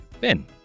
Ben